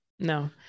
No